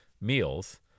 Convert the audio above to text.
meals